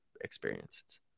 experienced